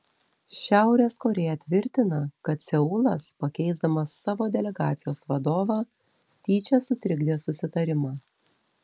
šiaurės korėja tvirtina kad seulas pakeisdamas savo delegacijos vadovą tyčia sutrikdė susitarimą